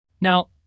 Now